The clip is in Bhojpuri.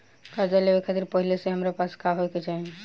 कर्जा लेवे खातिर पहिले से हमरा पास का होए के चाही?